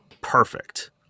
Perfect